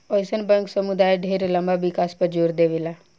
अइसन बैंक समुदाय ढेर लंबा विकास पर जोर देवेला